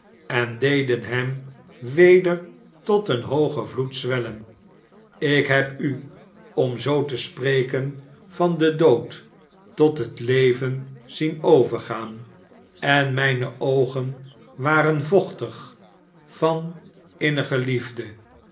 en deden hem weder tot een hoogen vloed zwellen ik heb u om zoo te spreken van den dood tot het leven zien overgaan en mijne oogen waren vochtig van innige liefde